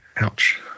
Ouch